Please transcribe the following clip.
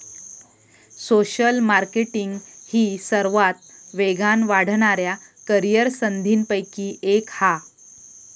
social marketing ही सर्वात वेगान वाढणाऱ्या करीअर संधींपैकी एक हा